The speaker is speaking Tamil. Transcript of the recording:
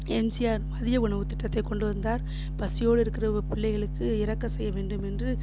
எம்ஜிஆர் மதிய உணவு திட்டத்தை கொண்டு வந்தார் பசியோடு இருக்கிற பிள்ளைகளுக்கு இறக்க செய்யவேண்டும் என்று